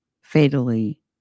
fatally